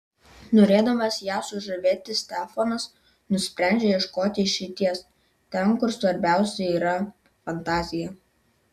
norėdamas ją sužavėti stefanas nusprendžia ieškoti išeities ten kur svarbiausia yra fantazija